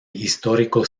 histórico